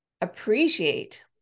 appreciate